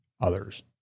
others